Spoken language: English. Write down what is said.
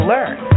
Learn